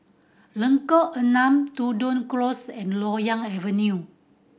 Lengkok Enam Tudor Close and Loyang Avenue